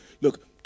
look